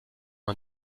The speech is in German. man